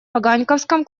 ваганьковском